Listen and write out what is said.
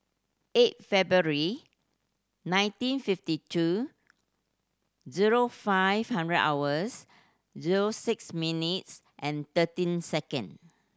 eight February nineteen fifty two zero five hundred hours zero six minutes and thirteen second